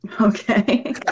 Okay